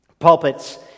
Pulpits